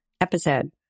episode